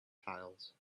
tiles